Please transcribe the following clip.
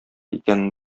икәнен